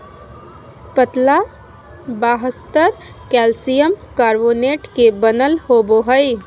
पतला बाह्यस्तर calcium carbonate के बनल होबो हइ